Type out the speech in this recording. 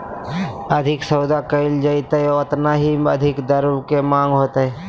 अधिक सौदा कइल जयतय ओतना ही अधिक द्रव्य के माँग होतय